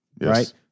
Right